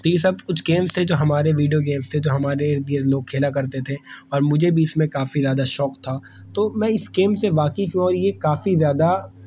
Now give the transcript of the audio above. تو یہ سب کچھ گیمس تھے جو ہمارے ویڈیو گیمس تھے جو ہمارے ارد گرد لوگ کھیلا کرتے تھے اور مجھے بھی اس میں قافی زیادہ شوق تھا تو میں اس گیم سے واقف ہوں اور یہ قافی زیادہ